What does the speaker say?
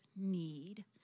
need